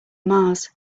mars